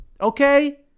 okay